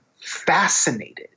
fascinated